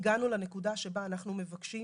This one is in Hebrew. הגענו לנקודה שבה אנחנו מבקשים